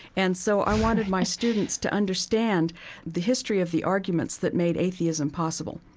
and so i wanted my students to understand the history of the arguments that made atheism possible,